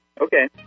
Okay